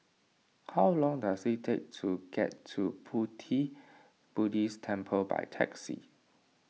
how long does it take to get to Pu Ti Buddhist Temple by taxi